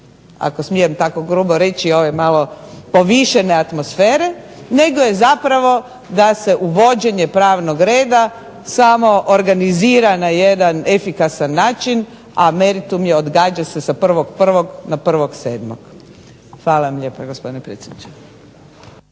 ako smijem tako grubo reći ove malo povišene atmosfere, nego je zapravo da se uvođenje pravnog reda samo organizira na jedan efikasan način, a meritum je odgađa se sa 1.1. na 1.7. Hvala vam lijepo, gospodine predsjedniče.